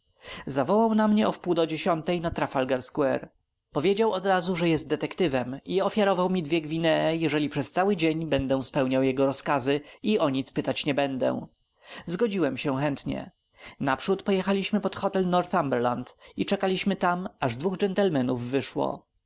zawołał na mnie o wpół do dziesiątej na trafalgar square powiedział odrazu że jest detektywem i ofiarował mi dwie gwinee jeżeli przez cały dzień będę spełniał jego rozkazy i o nic pytać nie będę zgodziłem się chętnie naprzód pojechaliśmy pod hotel northumberland i czekaliśmy tam aż dwóch gentlemanów wyszło